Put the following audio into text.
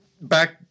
back